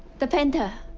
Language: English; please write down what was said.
the painter.